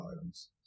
items